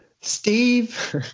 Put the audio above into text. Steve